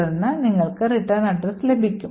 തുടർന്ന് നിങ്ങൾക്ക് return address ലഭിക്കും